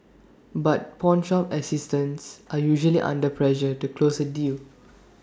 but pawnshop assistants are usually under pressure to close A deal